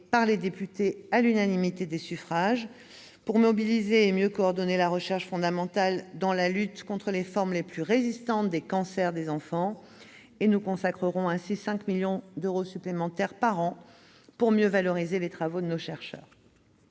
collègues députés, à l'unanimité des suffrages, pour mobiliser et mieux coordonner la recherche fondamentale dans la lutte contre les formes les plus résistantes des cancers des enfants. Nous mobiliserons ainsi 5 millions d'euros supplémentaires par an pour mieux valoriser les travaux de nos chercheurs.